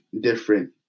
different